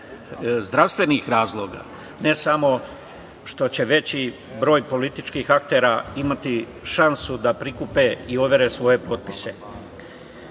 zdravstvenih razloga, ne samo što će veći broj političkih aktera imati šansu da prikupi i overi svoje potpise.